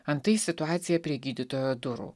antai situacija prie gydytojo durų